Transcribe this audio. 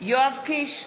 יואב קיש,